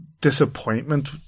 disappointment